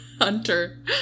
Hunter